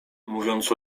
mówiąc